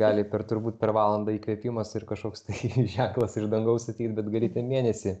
gali per turbūt per valandą įkvėpimas ir kažkoks ženklas iš dangaus ateit bet galit ten mėnesį